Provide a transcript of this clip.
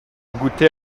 goûté